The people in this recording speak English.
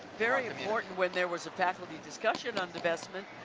very important when there was a faculty discussion on divestment,